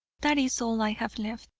that is all i have left.